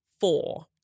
four